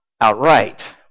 outright